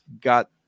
got